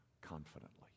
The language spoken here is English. confidently